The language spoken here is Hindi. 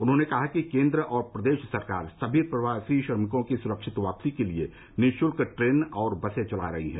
उन्होंने कहा कि केंद्र और प्रदेश सरकार सभी प्रवासी श्रमिकों की सुरक्षित वापसी के लिए निःशुल्क ट्रेन और बसे चला रही है